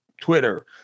Twitter